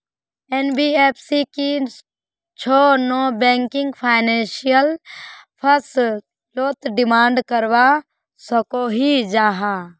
NBFC की छौ non banking financial फसलोत डिमांड करवा सकोहो जाहा?